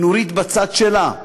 ונורית בצד שלה.